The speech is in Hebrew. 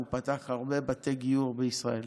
הוא פתח הרבה בתי גיור בישראל.